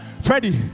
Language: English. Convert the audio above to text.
Freddie